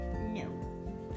No